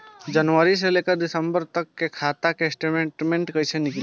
जनवरी से लेकर दिसंबर तक के खाता के स्टेटमेंट कइसे निकलि?